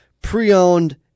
pre-owned